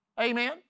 Amen